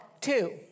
Two